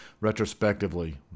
retrospectively